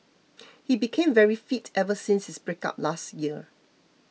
he became very fit ever since his breakup last year